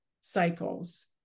cycles